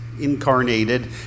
incarnated